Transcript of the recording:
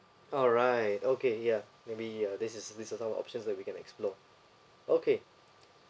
alright okay ya maybe uh this is this our options that we can explore okay